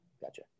Gotcha